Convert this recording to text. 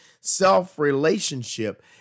self-relationship